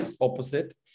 opposite